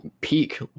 peak